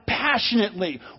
passionately